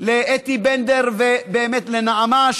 לאתי בנדלר ולנעמה,